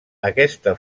aquesta